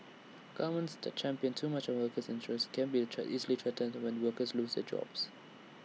governments that champion too much of workers' interests can be A try easily threatened when workers lose their jobs